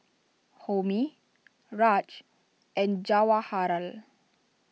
Homi Raj and Jawaharlal